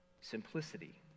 Simplicity